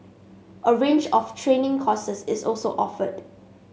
a range of training courses is also offered